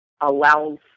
allows